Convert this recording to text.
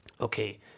okay